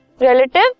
relative